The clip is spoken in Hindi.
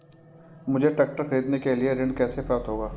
मुझे ट्रैक्टर खरीदने के लिए ऋण कैसे प्राप्त होगा?